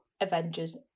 Avengers